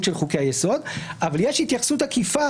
חוקי היסוד אבל יש התייחסות עקיפה